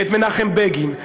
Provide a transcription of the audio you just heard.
ואת מנחם בגין,